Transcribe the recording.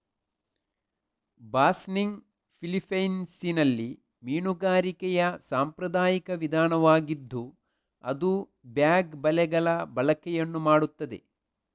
ಬಾಸ್ನಿಗ್ ಫಿಲಿಪೈನ್ಸಿನಲ್ಲಿ ಮೀನುಗಾರಿಕೆಯ ಸಾಂಪ್ರದಾಯಿಕ ವಿಧಾನವಾಗಿದ್ದು ಅದು ಬ್ಯಾಗ್ ಬಲೆಗಳ ಬಳಕೆಯನ್ನು ಮಾಡುತ್ತದೆ